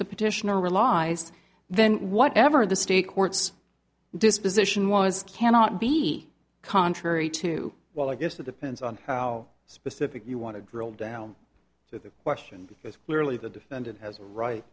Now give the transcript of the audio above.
the petitioner realized then whatever the state courts disposition was cannot be contrary to well i guess that depends on how specific you want to drill down to the question because clearly the defendant has a right